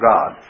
God